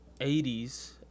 80s